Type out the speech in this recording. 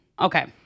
Okay